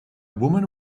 woman